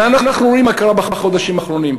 הרי אנחנו רואים מה קרה בחודשים האחרונים.